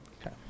okay